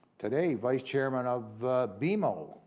today, vice chairman of bmo.